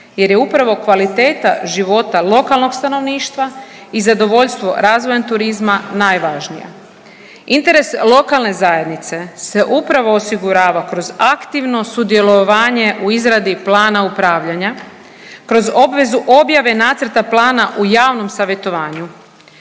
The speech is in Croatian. jer je upravo kvaliteta života lokalnog stanovništva i zadovoljstvo razvojem turizma najvažnija. Interes lokalne zajednice se upravo osigurava kroz aktivno sudjelovanje u izradi plana upravljanja, kroz obvezu objave nacrta plana u javnom savjetovanju.